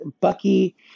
bucky